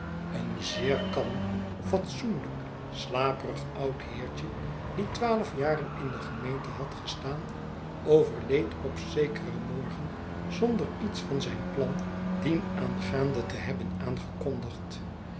een zeer kalm fatsoenlijk slaperig oud heer die twaalfjaren in de gemeente had gestaan overleed op zekeren morgen zonder iets van zijn plan dienaangaande te hebben aangekondigd